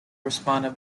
responded